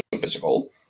physical